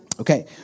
Okay